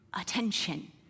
attention